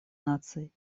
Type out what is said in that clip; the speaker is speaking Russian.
наций